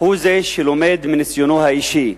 זה שלומד מניסיונו האישי,